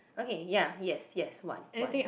okay ya yes yes what what